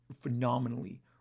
phenomenally